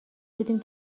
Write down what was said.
بودیم